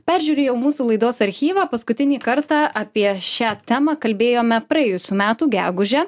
peržiūrėjau mūsų laidos archyvą paskutinį kartą apie šią temą kalbėjome praėjusių metų gegužę